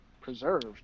preserved